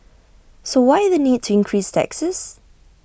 so why the need to increase taxes